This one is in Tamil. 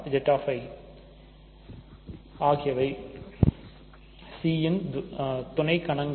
Z Q R Zi ஆகியவை C ன் துணை கணங்கள்